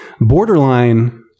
borderline